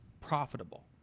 profitable